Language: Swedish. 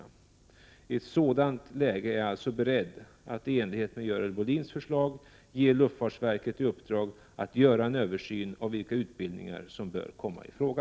I ett sådant läge är jag alltså beredd att, i enlighet med Görel Bohlins förslag, ge luftfartsverket i uppdrag att göra en översyn av vilka utbildningar som bör komma i fråga.